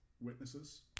witnesses